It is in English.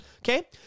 Okay